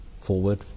forward